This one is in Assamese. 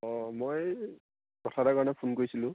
অঁ মই কথা এটাৰ কাৰণে ফোন কৰিছিলোঁ